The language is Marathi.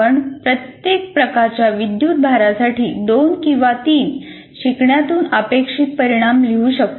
आपण प्रत्येक प्रकारच्या विद्युत भारासाठी दोन किंवा तीन शिकण्यातून अपेक्षित परिणाम लिहू शकतो